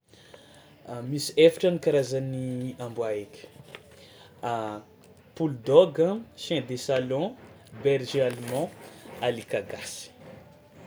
A misy efatra ny karazan'ny amboa haiko: bulldog, chien de salon, berger allemand, alika gasy.